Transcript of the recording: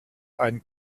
ein